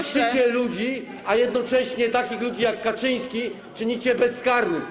Niszczycie ludzi, a jednocześnie takich ludzi jak Kaczyński czynicie bezkarnymi.